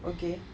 okay